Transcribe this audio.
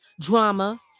drama